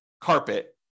carpet